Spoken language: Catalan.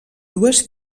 dues